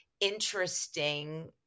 interesting